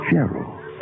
Gerald